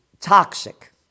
toxic